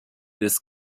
des